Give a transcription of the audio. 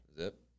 Zip